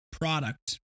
product